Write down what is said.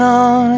on